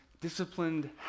disciplined